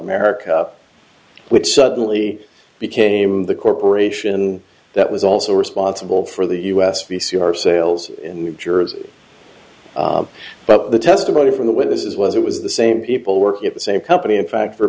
america which suddenly became the corporation that was also responsible for the u s v c r sales in new jersey but the testimony from the when this is was it was the same people working at the same company in fact for a